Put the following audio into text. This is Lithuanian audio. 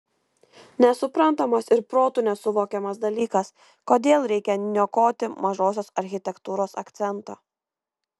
nesuprantamas ir protu nesuvokiamas dalykas kodėl reikia niokoti mažosios architektūros akcentą